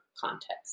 context